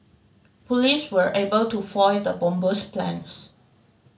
police were able to foil the bomber's plans